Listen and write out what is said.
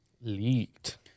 Leaked